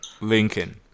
Lincoln